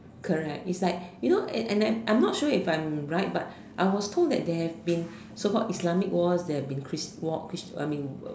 correct it's like you know and I'm not sure if I'm right but I was told that there has been so called Islamic Wars there have been war chris~ war chris~ I mean